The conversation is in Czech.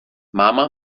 máma